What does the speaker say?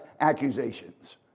accusations